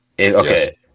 okay